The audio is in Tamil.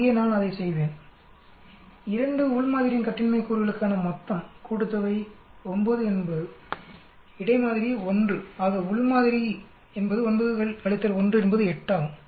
இங்கே நான் அதை செய்வேன் உள் மாதிரியின் கட்டின்மை கூறுகளுக்கான மொத்தம் கூட்டுத்தொகை 9 இடை மாதிரி 1 ஆக உள் மாதிரி என்பது 9 1 என்பது 8 ஆகும்